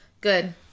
Good